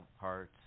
parts